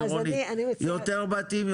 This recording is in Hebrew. יותר בתים,